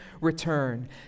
return